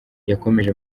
yakomeje